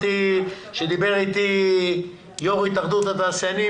שדיבר אתי מנכ"ל התאחדות התעשיינים.